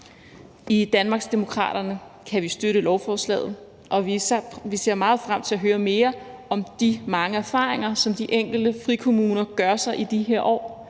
I Danmarksdemokraterne kan vi støtte lovforslaget, og vi ser meget frem til at høre mere om de mange erfaringer, som de enkelte frikommuner gør sig i de her år